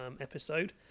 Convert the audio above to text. episode